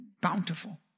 Bountiful